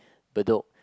Bedok